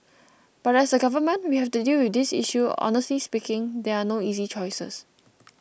but as a government we have to deal with this issue honestly speaking there are no easy choices